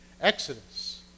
Exodus